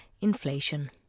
inflation